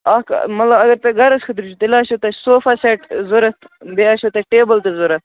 اکھ مطلب اگر تۄہہِ گَرَس خٲطرٕ چھُ تیٚلہِ آسٮ۪و تۄہہِ صوفا سٮ۪ٹ ضروٗرت بیٚیہِ آسٮ۪و تۄہہِ ٹیبُل تہِ ضروٗرت